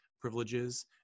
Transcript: privileges